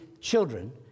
children